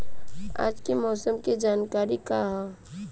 आज मौसम के जानकारी का ह?